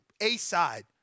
A-side